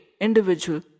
individual